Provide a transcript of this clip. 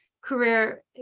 career